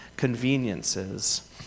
Conveniences